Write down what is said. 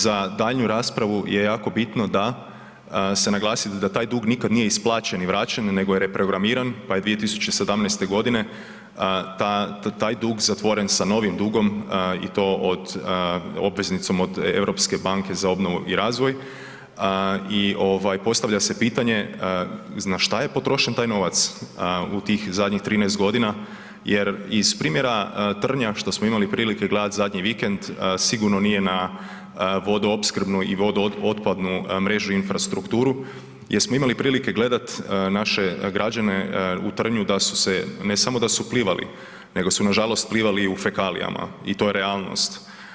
Za daljnju raspravu je jako bitno da se naglasi da taj dug nikad nije isplaćen i vraćen nego je reprogramiran, pa je 2017.g. taj dug zatvoren sa novim dugom i to od, obveznicom od Europske banke za obnovu i razvoj i ovaj postavlja se pitanje na šta je potrošen taj novac u tih zadnjih 13.g. jer iz primjera Trnja što smo imali prilike gledat zadnji vikend sigurno nije na vodoopskrbnu i vodootpadnu mrežu infrastrukturu gdje smo imali prilike gledat naše građane u Trnju da su se, ne samo da su plivali nego su nažalost plivali u fekalijama i to je realnost.